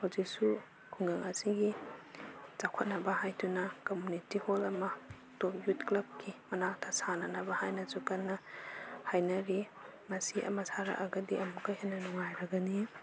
ꯍꯧꯖꯤꯛꯁꯨ ꯈꯨꯡꯒꯪ ꯑꯁꯤꯒꯤ ꯆꯥꯎꯈꯠꯅꯕ ꯍꯥꯏꯗꯨꯅ ꯀꯝꯃꯨꯅꯤꯇꯤ ꯍꯣꯜ ꯑꯃ ꯇꯣꯞ ꯌꯨꯠ ꯀ꯭ꯂꯕꯀꯤ ꯃꯅꯥꯛꯇ ꯁꯥꯅꯅꯕ ꯍꯥꯏꯅꯁꯨ ꯀꯟꯅ ꯍꯥꯏꯅꯔꯤ ꯃꯁꯤ ꯑꯃ ꯁꯥꯔꯛꯑꯒꯗꯤ ꯑꯃꯨꯛꯀ ꯍꯦꯟꯅ ꯅꯨꯡꯉꯥꯏꯔꯒꯅꯤ